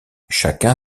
chacun